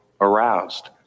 aroused